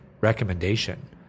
recommendation